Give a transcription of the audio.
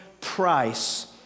price